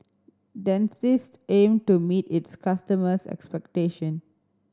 Dentiste aim to meet its customers' expectation